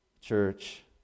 church